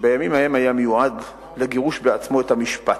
שבימים ההם היה מיועד לגירוש בעצמו, את המשפט: